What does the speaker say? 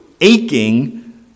aching